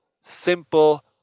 simple